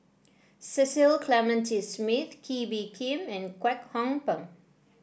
Cecil Clementi Smith Kee Bee Khim and Kwek Hong Png